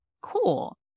Cool